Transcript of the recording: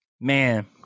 Man